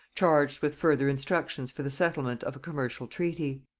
charged with further instructions for the settlement of a commercial treaty.